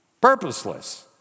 Purposeless